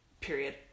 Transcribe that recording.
Period